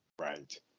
Right